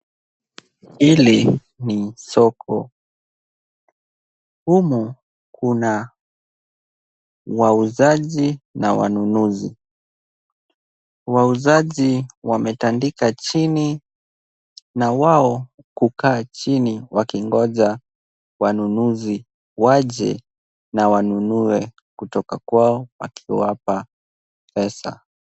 Hili ni soko. Humu kuna wauzaji na wanunuzi. Wauzaji wametandika chini, na wao hukaa chini wakingoja wanunuzi waje na wanunue kutoka kwao wakiwapa pesa.